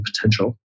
potential